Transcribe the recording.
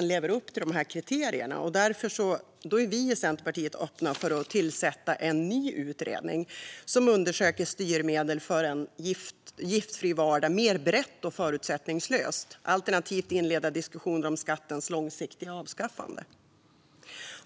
lever upp till de här kriterierna. Därför är vi i Centerpartiet öppna för att tillsätta en ny utredning som mer brett och förutsättningslöst ska undersöka styrmedel för en giftfri vardag alternativt för att inleda diskussioner om skattens långsiktiga avskaffande.